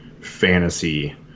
fantasy